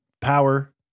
power